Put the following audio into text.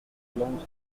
belongs